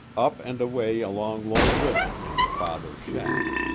up and away along lone river in her father's shack.